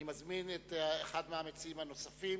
אני מזמין את אחד המציעים הנוספים,